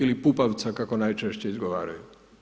Ili Pupavca, kako najčešće izgovaraju.